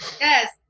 Yes